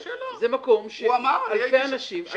זה מקומות שאלפי אנשים גרים בהם.